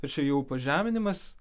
ir čia jau pažeminimas